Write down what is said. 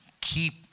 keep